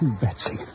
Betsy